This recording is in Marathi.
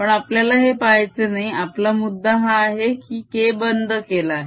पण आपल्याला हे पाहायचे नाही आपला मुद्दा हा आहे की K बंद केला आहे